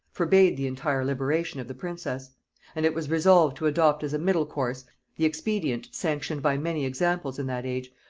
forbade the entire liberation of the princess and it was resolved to adopt as a middle course the expedient sanctioned by many examples in that age,